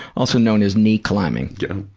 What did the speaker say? also known as knee climbing. yeah,